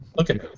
Okay